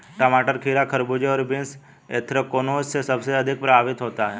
टमाटर, खीरा, खरबूजे और बीन्स एंथ्रेक्नोज से सबसे अधिक प्रभावित होते है